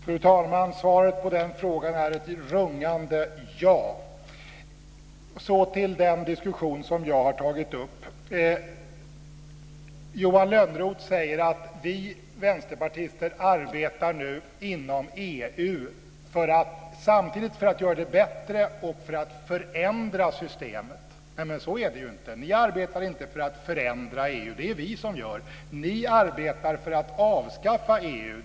Fru talman! Svaret på den frågan är ett rungande ja. Så till den diskussion som jag har tagit upp. Johan Lönnroth säger: Vi vänsterpartister arbetar nu inom EU för att samtidigt förbättra och förändra systemet. Men så är det ju inte. Ni arbetar inte för att förändra EU. Det är vi som gör det. Ni arbetar för att avskaffa EU.